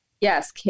Yes